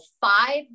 five